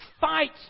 fight